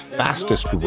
fastest